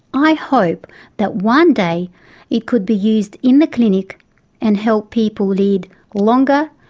i hope that one day it could be used in a clinic and help people lead longer,